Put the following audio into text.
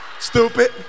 Stupid